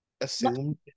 assumed